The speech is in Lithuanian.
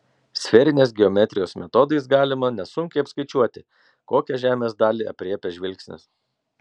sferinės geometrijos metodais galima nesunkiai apskaičiuoti kokią žemės dalį aprėpia žvilgsnis